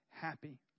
happy